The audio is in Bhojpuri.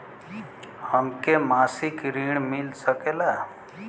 हमके मासिक ऋण मिल सकेला?